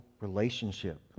relationship